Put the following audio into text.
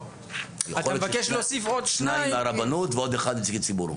אתה מבקש להוסיף עוד שניים --- שניים מהרבנות ועוד אחד מנציגי ציבור.